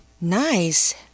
Nice